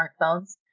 smartphones